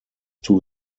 two